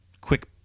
quick